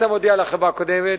אתה מודיע לחברה הקודמת: